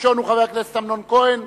הראשון הוא חבר הכנסת אמנון כהן,